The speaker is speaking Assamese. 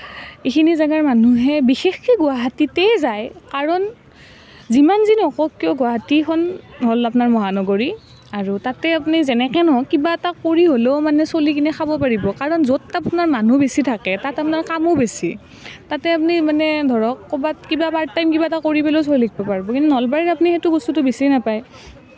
এইখিনি জেগাৰ মানুহে বিশেষকৈ গুৱাহাটীতে যায় কাৰণ যিমান যি নকওক কিয় গুৱাহাটীখন হ'ল আপোনাৰ মহানগৰী আৰু তাতে আপুনি যেনেকৈ নহওঁক কিবা এটা কৰি হ'লেও মানে চলি কিনে খাব পাৰিব কাৰণ য'ত আপোনাৰ মানুহ বেছি থাকে তাত আপোনাৰ কামো বেছি তাতে আপুনি মানে ধৰক ক'ৰবাত কিবা পাৰ্ট টাইম কিবা এটা কৰি পেলায়ো চলি থাকিব পাৰিব কিন্তু নলবাৰীত আপুনি সেইটো বস্তুটো বিচাৰি নাপায়